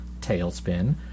Tailspin